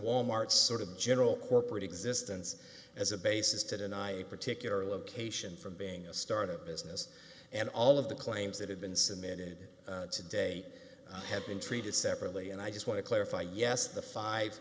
wal mart's sort of general corporate existence as a basis to deny particular location from being a start up business and all of the claims that have been submitted to date have been treated separately and i just want to clarify yes the five